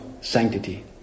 sanctity